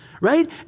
right